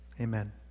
amen